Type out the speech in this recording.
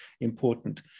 important